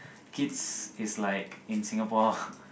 kids is like in Singapore